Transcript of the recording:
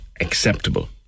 acceptable